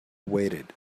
waited